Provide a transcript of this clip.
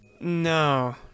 No